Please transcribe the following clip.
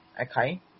Okay